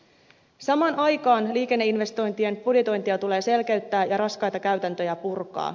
samaan aikaan liikenneinvestointien budjetointia tulee selkeyttää ja raskaita käytäntöjä purkaa